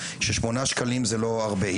ששמונה שקלים זה לא הרבה.